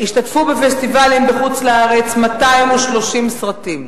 השתתפו בפסטיבלים בחוץ-לארץ 230 סרטים.